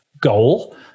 goal